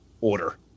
order